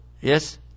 yes